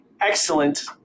excellent